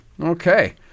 Okay